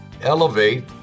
elevate